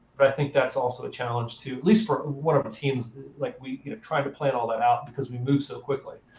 but i think that's also a challenge too, at least for what our but teams like we you know try to plan all that out because we move so quickly.